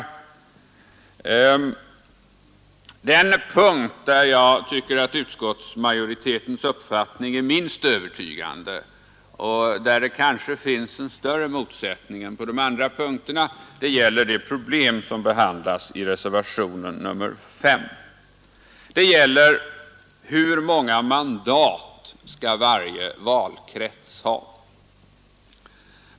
Den punkt där jag tycker att utskottsmajoritetens uppfattning är minst övertygande, och där det kanske finns en större motsättning än på de andra punkterna, gäller det problem som behandlas i reservationen 5. Det är fråga om hur många mandat varje valkrets skall ha.